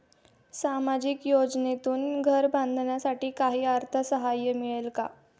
सामाजिक योजनेतून घर बांधण्यासाठी काही अर्थसहाय्य मिळेल का?